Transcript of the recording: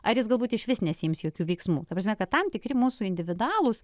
ar jis galbūt išvis nesiims jokių veiksmų ta prasme kad tam tikri mūsų individualūs